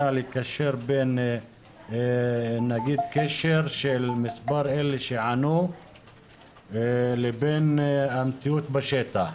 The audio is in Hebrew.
לקשר בין המספר של אלה שענו לסקר לבין המציאות בשטח,